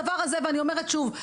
ואני אומרת שוב,